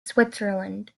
switzerland